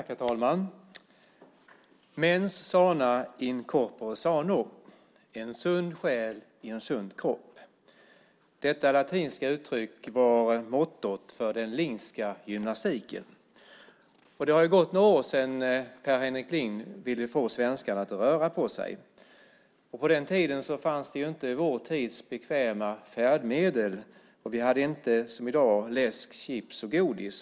Herr talman! Mens sana in corpore sano - en sund själ i en sund kropp. Detta latinska uttryck var mottot för den Lingska gymnastiken. Det har ju gått några år sedan Per Henrik Ling ville få svenskarna att röra på sig. På den tiden fanns inte vår tids bekväma färdmedel, och vi hade inte som i dag läsk, chips och godis.